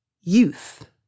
youth